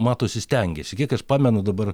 matosi stengiasi kiek aš pamenu dabar